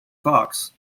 fox